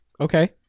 Okay